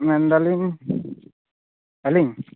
ᱢᱮᱱᱫᱟᱞᱤᱧ ᱟ ᱞᱤᱧ